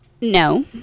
No